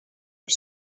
are